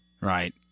right